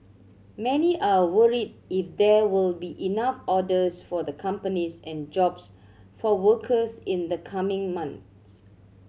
many are worried if there will be enough orders for the companies and jobs for workers in the coming months